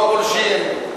לא פולשים,